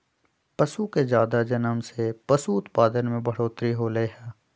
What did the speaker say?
पशु के जादा जनम से पशु उत्पाद में बढ़ोतरी होलई ह